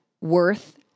worth